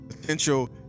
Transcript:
Potential